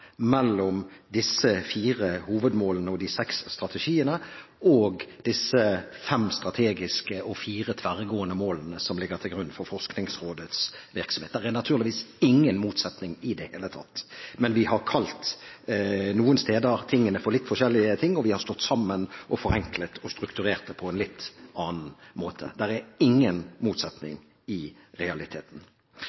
mellom disse fire hovedmålene og de seks strategiene og disse fem strategiske og fire tverrgående målene som ligger til grunn for Forskningsrådets virksomhet. Det er naturligvis ingen motsetning i det hele tatt. Men noen steder har vi kalt det litt forskjellig, og vi har slått sammen, forenklet og strukturert det på en litt annen måte. Det er ingen